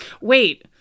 Wait